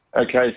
Okay